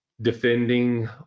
defending